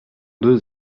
deux